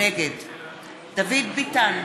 נגד דוד ביטן,